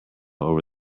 over